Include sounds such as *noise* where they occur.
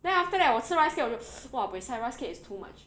then after that 我吃 rice cake 我就 *noise* !wah! buay sai rice cake is too much